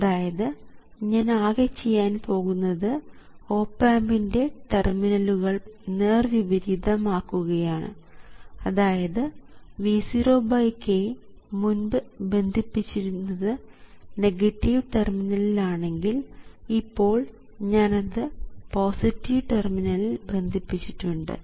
അതായത് ഞാൻ ആകെ ചെയ്യാൻ പോകുന്നത് ഓപ് ആമ്പിൻറെ ടെർമിനലുകൾ നേർവിപരീതം ആക്കുകയാണ് അതായത് V0k മുൻപ് ബന്ധിപ്പിച്ചിരുന്നത് നെഗറ്റീവ് ടെർമിനലിൽ ആണെങ്കിൽ ഇപ്പോൾ ഞാൻ അത് പോസിറ്റീവ് ടെർമിനലിൽ ബന്ധിപ്പിച്ചിട്ടുണ്ട്